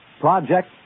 Project